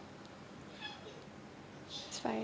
it's fine